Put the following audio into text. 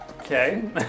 Okay